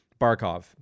Barkov